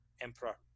emperor